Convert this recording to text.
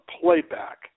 playback